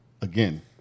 Again